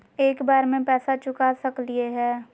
एक बार में पैसा चुका सकालिए है?